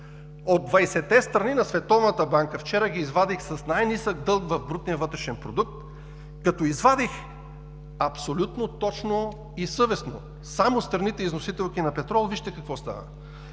20-те страни с най-нисък дълг в брутния вътрешен продукт, като извадих абсолютно точно и съвестно само страните износителки на петрол. Вижте какво става.